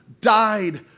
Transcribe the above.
died